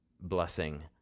blessing